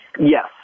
Yes